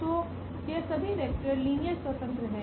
तो यह सभी वेक्टर लीनियर स्वतंत्र है